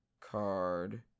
card